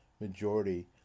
majority